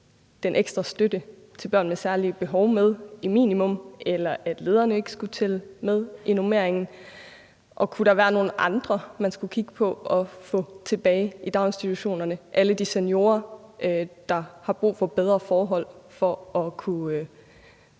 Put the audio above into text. den ekstra støtte til børn med særlige behov med i minimumsnormeringen, eller at lederen ikke skulle tælles med i normeringen? Og kunne der være nogle andre, man skulle kigge på at få tilbage i daginstitutionerne – alle de seniorer, der har brug for bedre forhold for at kunne